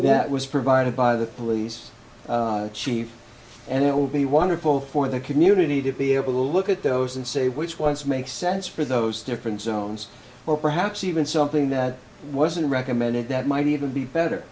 that was provided by the police chief and it will be wonderful for the community to be able to look at those and say which ones makes sense for those differences owns or perhaps even something that wasn't recommended that might even be better